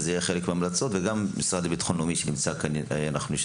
וזה יהיה גם חלק מההמלצות ואנחנו נשאל שאלות